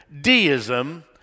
Deism